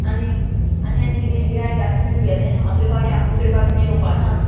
आनी आनी आनी किदें गिरायक जाता मगे तुगेलें असले पावटी आमी दुसरे पावटी बी येवपा ना आं